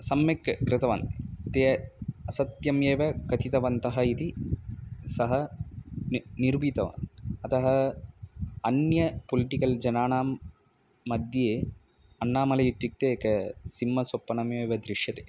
सम्यक् कृतवान् ते असत्यमेव कथितवन्तः इति सः नि निरुपितवान् अतः अन्य पुलिटिकल् जनानाम्मध्ये अन्नामलै इत्युक्ते एकं सिंहस्वप्नमेव दृश्यते